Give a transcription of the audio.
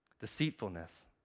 Deceitfulness